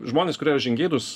žmonės kurie yra žingeidūs